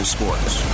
Sports